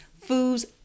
foods